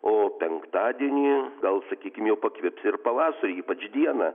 o penktadienį gal sakykim jau pakvips ir pavasarį ypač dieną